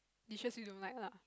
you sure you don't like lah